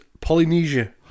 Polynesia